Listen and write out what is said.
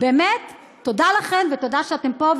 באמת, תודה לכן, ותודה שאתן פה.